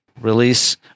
release